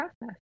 process